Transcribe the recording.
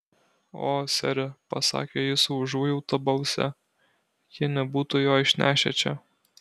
o sere pasakė ji su užuojauta balse jie nebūtų jo išnešę čia